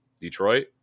detroit